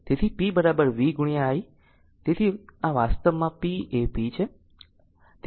તેથી આ વાસ્તવમાં p એ p છે અથવા